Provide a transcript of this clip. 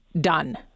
done